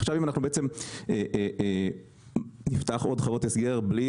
עכשיו אם אנחנו בעצם נפתח עוד חוות הסגר בלי